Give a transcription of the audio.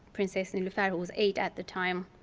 princess niloufer who was eight at the time,